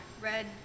red